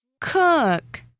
cook